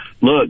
look